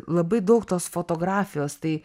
labai daug tos fotografijos tai